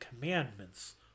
commandments